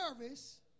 nervous